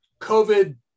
COVID